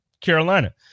Carolina